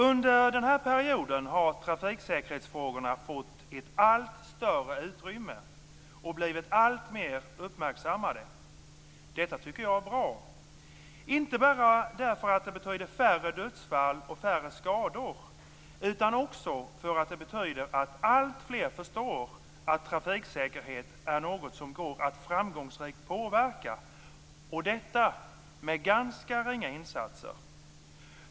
Under den här perioden har trafiksäkerhetsfrågorna fått ett allt större utrymme och blivit alltmer uppmärksammade. Detta tycker jag är bra, inte bara därför att det betyder färre dödsfall och färre skador, utan också därför att det betyder att alltfler förstår att trafiksäkerhet är något som går att framgångsrikt påverka och detta med ganska ringa insatser.